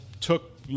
took